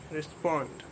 Respond